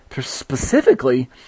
specifically